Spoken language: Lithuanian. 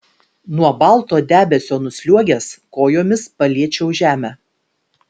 nuo balto debesio nusliuogęs kojomis paliečiau žemę